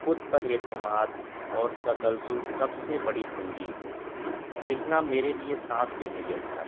خود پر اعتماد اور تسلسل سب سے بڑی کنجی ہے لکھنا میرے لیے سانس لینے جیسا ہے